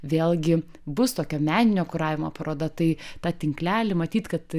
vėlgi bus tokio meninio kuravimo paroda tai tą tinklelį matyt kad